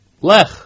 Lech